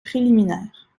préliminaires